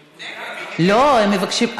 לא, הם מבקשים.